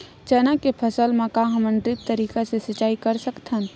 चना के फसल म का हमन ड्रिप तरीका ले सिचाई कर सकत हन?